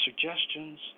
suggestions